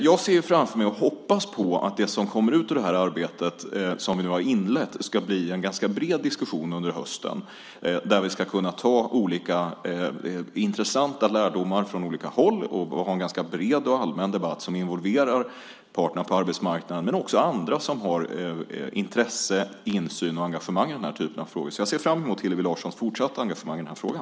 Jag ser framför mig och hoppas på att det som kommer ut ur det arbete som vi nu har inlett ska bli en ganska bred diskussion under hösten, där vi ska kunna ta upp intressanta lärdomar från olika håll och ha en ganska bred och allmän debatt som involverar parterna på arbetsmarknaden men också andra som har intresse, insyn och engagemang i den här typen av frågor. Jag ser fram emot Hillevi Larssons fortsatta engagemang i den här frågan.